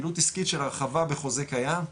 פעילות עסקית של הרחבה בחוזה קיים,